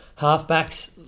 halfbacks